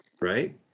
right